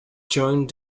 joined